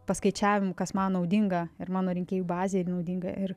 paskaičiavimų kas man naudinga ir mano rinkėjų bazei naudinga ir